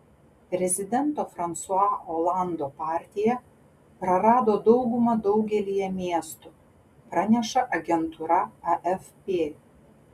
prezidento fransua olando partija prarado daugumą daugelyje miestų praneša agentūra afp